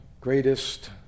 greatest